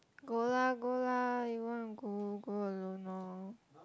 go lah go lah you want to go go alone lor